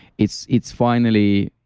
it's it's finally,